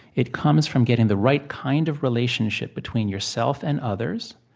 it comes from getting the right kind of relationship between yourself and others,